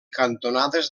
cantonades